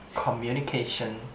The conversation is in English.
communication